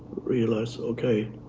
realize, okay,